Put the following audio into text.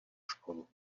školu